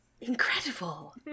incredible